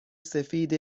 سفید